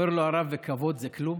אומר לו הרב: וכבוד זה כלום?